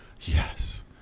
Yes